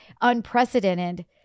unprecedented